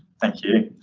thank you.